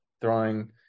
throwing